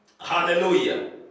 Hallelujah